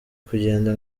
kugenda